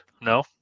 No